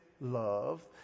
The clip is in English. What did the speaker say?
love